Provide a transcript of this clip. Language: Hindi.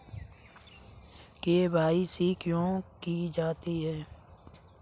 के.वाई.सी क्यों की जाती है?